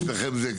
אצלכם,